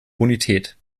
bonität